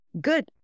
good